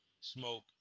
Smoke